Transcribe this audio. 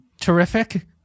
Terrific